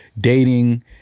dating